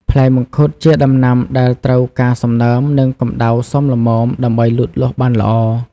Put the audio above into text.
ផ្លែមង្ឃុតជាដំណាំដែលត្រូវការសំណើមនិងកម្ដៅសមល្មមដើម្បីលូតលាស់បានល្អ។